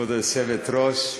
כבוד היושבת-ראש,